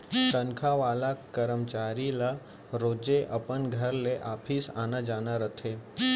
तनखा वाला करमचारी ल रोजे अपन घर ले ऑफिस आना जाना रथे